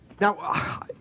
now